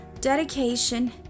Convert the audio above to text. dedication